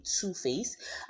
two-face